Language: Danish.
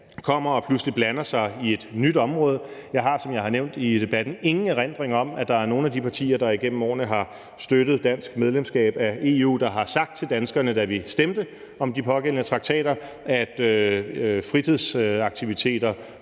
kommer og pludselig blander sig i et nyt område. Jeg har, som jeg har nævnt i debatten, ingen erindring om, at der er nogen af de partier, der igennem årene har støttet et dansk medlemskab af EU, der har sagt til danskerne, da vi stemte om de pågældende traktater, at fritidsaktiviteter,